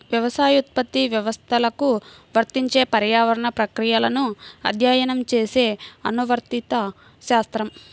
వ్యవసాయోత్పత్తి వ్యవస్థలకు వర్తించే పర్యావరణ ప్రక్రియలను అధ్యయనం చేసే అనువర్తిత శాస్త్రం